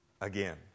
again